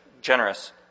generous